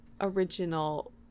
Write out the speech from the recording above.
original